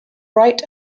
right